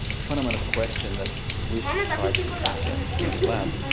it's a fundamental question that we've tried to answer here in the lab.